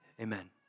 Amen